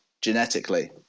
genetically